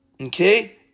Okay